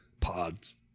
Pods